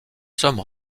sommes